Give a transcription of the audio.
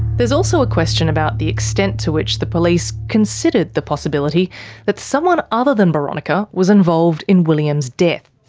there is also a question about the extent to which the police considered the possibility that someone other than boronika was involved in william's death.